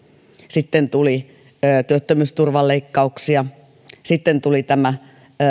sitten tuli työttömyysturvan leikkauksia sitten tuli tämä